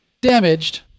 damaged